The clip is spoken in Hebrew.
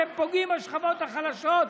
אתם פוגעים בשכבות החלשות,